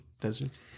deserts